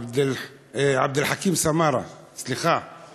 עבד אל חכים סמארה, סליחה.